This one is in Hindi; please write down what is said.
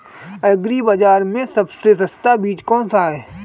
एग्री बाज़ार में सबसे सस्ता बीज कौनसा है?